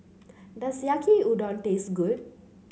does Yaki Udon taste good